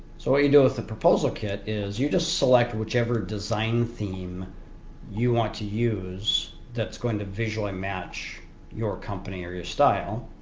so what you do with the proposal kit is you just select whichever design theme you want to use that's going to visually match your company or your style.